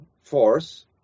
force